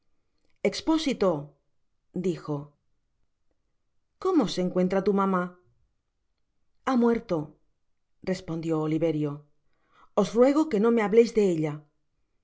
expósito dijo cómo se encuentra tu mamá ha muerto respondió oliverio os ruego no me hableis de ella